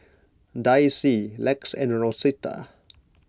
Daisye Lex and Rosita